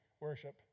worship